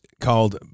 called